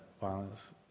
violence